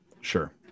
sure